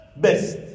best